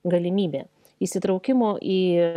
galimybė įsitraukimo į